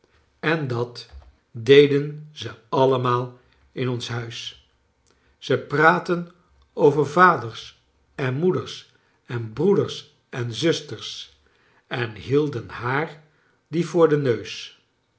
en dat dechakles dickexs den ze aliemaal in ons huis ze praatten over vaders en moeders en broeders en zusters on hielden haar die voor den neus